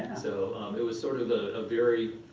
so it was sort of a very